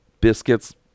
biscuits